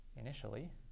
initially